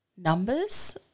numbers